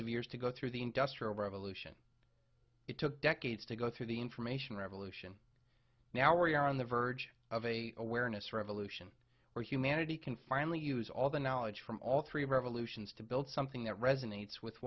of years to go through the industrial revolution it took decades to go through the information revolution now we are on the verge of a awareness revolution where humanity can finally use all the knowledge from all three revolutions to build something that resonates with